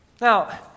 Now